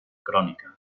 crònica